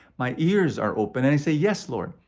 my ears are open and i say, yes, lord.